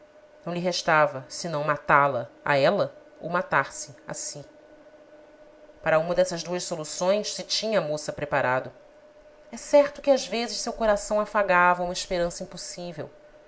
não lhe restava senão matá-la a ela ou matar-se a si para uma dessas duas soluções se tinha a moça preparado é certo que às vezes seu coração afagava uma esperança impossível